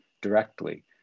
directly